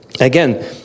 Again